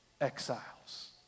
exiles